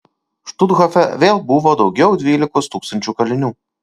štuthofe vėl buvo daugiau dvylikos tūkstančių kalinių